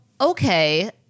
okay